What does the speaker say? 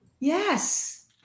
Yes